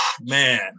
Man